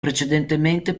precedentemente